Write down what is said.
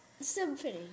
Symphony